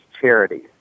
charities